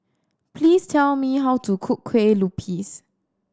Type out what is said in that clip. please tell me how to cook Kueh Lupis